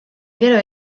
gero